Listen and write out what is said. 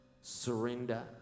surrender